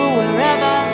wherever